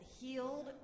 healed